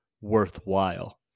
worthwhile